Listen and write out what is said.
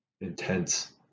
intense